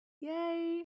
Yay